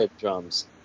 drums